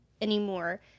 anymore